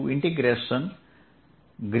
dSv2dV